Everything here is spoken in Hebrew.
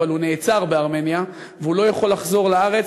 אבל הוא נעצר בארמניה והוא לא יכול לחזור לארץ